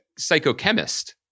psychochemist